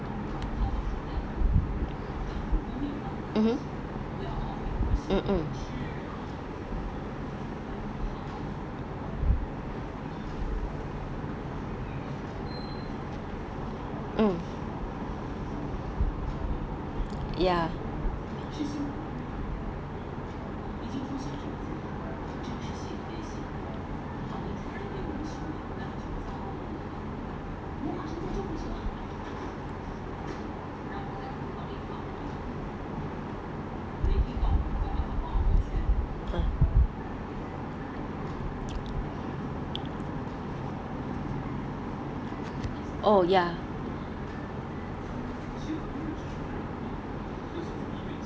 mmhmm mm mm mm ya !huh! oh ya